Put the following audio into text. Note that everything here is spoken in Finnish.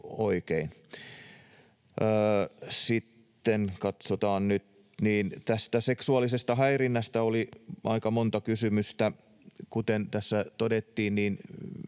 Sitten seksuaalisesta häirinnästä oli aika monta kysymystä. Kuten tässä todettiin,